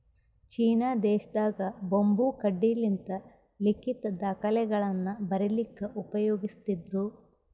China ದೇಶದಾಗ್ bamboo ಕಡ್ಡಿಲಿಂತ್ ಲಿಖಿತ್ ದಾಖಲೆಗಳನ್ನ ಬರಿಲಿಕ್ಕ್ ಉಪಯೋಗಸ್ತಿದ್ರು